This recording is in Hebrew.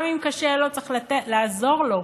גם אם קשה לו, צריך לעזור לו